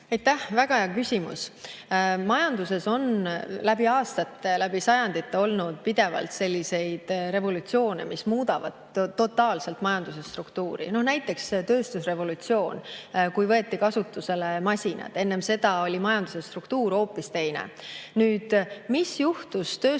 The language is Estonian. Aitäh! Väga hea küsimus! Majanduses on läbi aastate, läbi sajandite olnud pidevalt selliseid revolutsioone, mis muudavad totaalselt majanduse struktuuri. Näiteks tööstusrevolutsioon, kui võeti kasutusele masinad. Enne seda oli majanduse struktuur hoopis teine. Mis juhtus tööstusrevolutsiooni